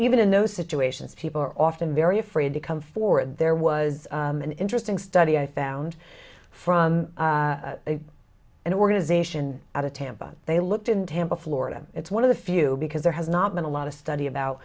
even in those situations people are often very afraid to come forward there was an interesting study i found from an organization out of tampa they looked in tampa florida it's one of the few because there has not been a lot of study about